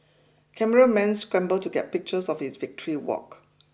cameramen scramble to get pictures of his victory walk